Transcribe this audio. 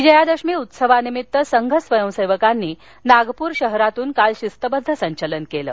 विजयादशमी उत्सवानिमित्तसंघस्वयंसेवकांनी नागपूर शहरातून काल शिस्तबद्ध संघलन केलं